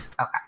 Okay